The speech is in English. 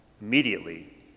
Immediately